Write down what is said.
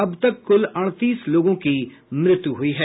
अब तक कुल अड़तीस लोगों की मृत्यु हुई है